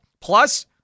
Plus